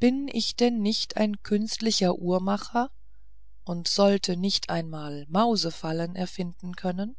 bin ich denn nicht ein künstlicher uhrmacher und sollt nicht einmal mausefallen erfinden können